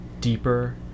deeper